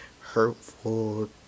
hurtful